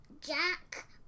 Jack